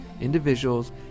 individuals